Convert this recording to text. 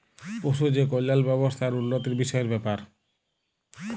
পশু যে কল্যাল ব্যাবস্থা আর উল্লতির বিষয়ের ব্যাপার